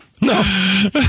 No